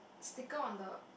sticker on the